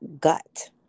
gut